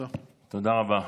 תודה רבה.